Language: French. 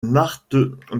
marthe